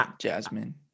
jasmine